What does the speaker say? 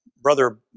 Brother